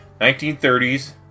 1930s